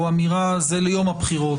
או אמירה שזה ליום הבחירות.